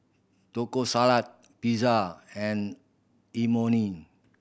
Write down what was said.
Taco Salad Pizza and Imoni